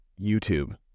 youtube